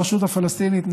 הרשות הפלסטינית,